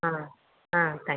ah ah thanks